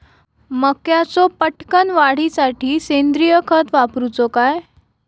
मक्याचो पटकन वाढीसाठी सेंद्रिय खत वापरूचो काय?